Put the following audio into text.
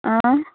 آ